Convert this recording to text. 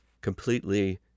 Completely